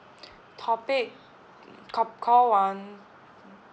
topic uh call call one mm